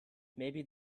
maybe